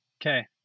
Okay